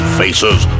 faces